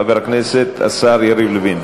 אדוני חבר הכנסת השר יריב לוין.